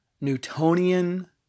Newtonian